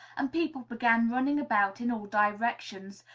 and people began running about in all directions,